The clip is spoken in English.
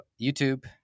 YouTube